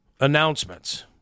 announcements